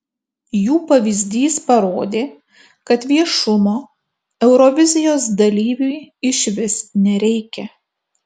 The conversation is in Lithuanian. jų pavyzdys parodė kad viešumo eurovizijos dalyviui išvis nereikia